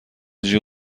جیغ